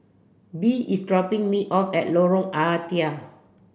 Bee is dropping me off at Lorong Ah Thia